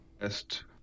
Best